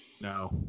no